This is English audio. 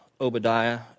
Obadiah